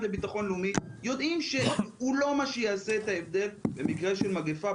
לביטחון לאומי יודעים שהוא לא מה שיעשה את ההבדל במקרה של מגיפה.